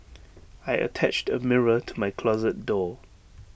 I attached A mirror to my closet door